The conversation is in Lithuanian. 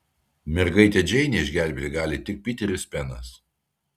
mergaitę džeinę išgelbėti gali tik piteris penas